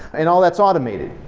and all that's automated.